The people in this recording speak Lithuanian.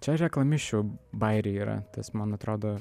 čia reklamišių bajeriai yra tas man atrodo